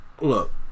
Look